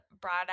brought